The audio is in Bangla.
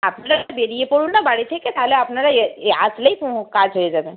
আপনারা বেরিয়ে পড়ুন না বাড়ি থেকে তাহলে আপনারা আসলেই কাজ হয়ে যাবে